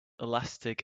elastic